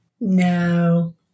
No